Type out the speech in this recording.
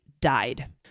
died